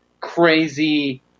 crazy